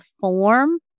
form